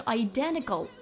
identical